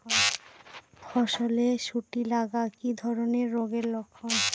ফসলে শুটি লাগা কি ধরনের রোগের লক্ষণ?